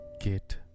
Get